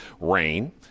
rain